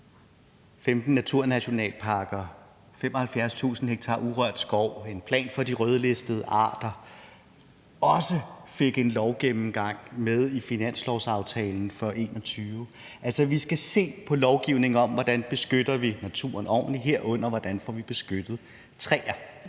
15 naturnationalparker, de 75.000 ha urørt skov, en plan for de rødlistede arter også fik en lovgennemgang med i finanslovsaftalen for 2021. Altså, vi skal se på lovgivningen om, hvordan vi beskytter naturen ordentligt, herunder hvordan vi får beskyttet